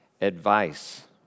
advice